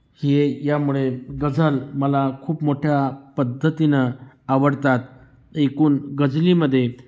हे यामुळे गजल मला खूप मोठ्या पद्धतीनं आवडतात एकूण गजलेमध्ये